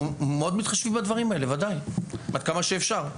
אנחנו מאוד מתחשבים בדברים עד כמה שאפשר.